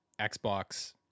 xbox